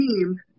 team